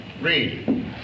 Read